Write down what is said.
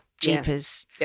Jeepers